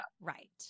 Right